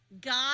God